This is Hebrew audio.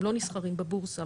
הם לא נסחרים בבורסה.